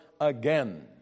again